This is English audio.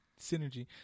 synergy